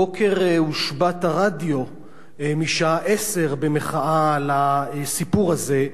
הבוקר הושבת הרדיו מהשעה 10:00 במחאה על הסיפור הזה,